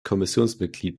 kommissionsmitglied